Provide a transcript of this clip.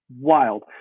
wild